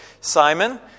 Simon